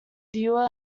viewer